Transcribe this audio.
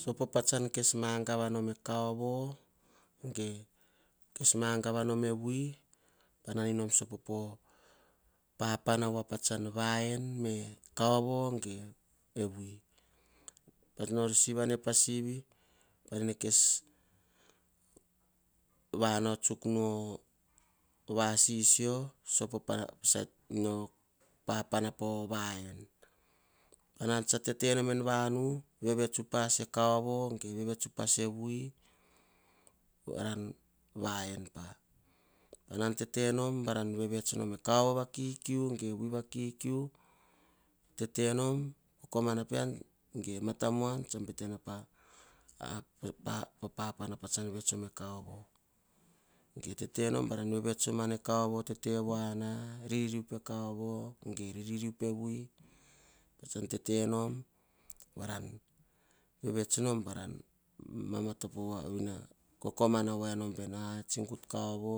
Sopo pa tsan magava e kaovo. Ge kes magava nom e vui patsan sopo voapo papana poya en, kauvo. Gevui, pa nor sivi ane pa sivi pa nene kes vanao tsuk nu o vasisio. Sopo po papana pova een, tetenom en vanu, vevets upa evui ge kaovoi vara vaen pa. Varan tetenom varan vevets nom ekaovo va kikiu tetenom vevets nom ekaovo va kikiu. Vui va kikiu tetenom, kokomana pian matamuan tsa betena popapana pasan vets nom ekaovo. Ge tetenom varan vevets nom ar ne kaovo tete voana. Ririu pe kaovo ririu pe vui. Patsan tetenom varan vevets nom varan mamatopo. Kokomana voamon veni ah tsi gut kaovo.